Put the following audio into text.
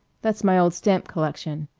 that's my old stamp collection,